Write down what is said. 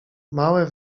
małe